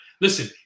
Listen